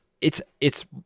it's—it's